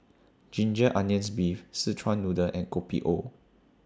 Ginger Onions Beef Szechuan Noodle and Kopi O